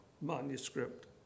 manuscript